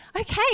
okay